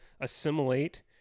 assimilate